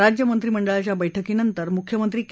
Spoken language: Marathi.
राज्यमंत्रीमंडळाच्या बैठकीनंतर मुख्यमंत्री के